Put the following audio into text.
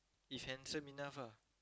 if handsome enough ah